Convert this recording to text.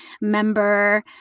member